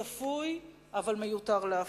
צפוי, אבל מיותר להפליא.